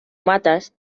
matas